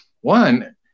One